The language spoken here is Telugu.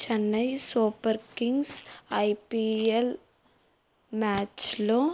చెన్నై సూపర్ కింగ్స్ ఐపీఎల్ మ్యాచ్లో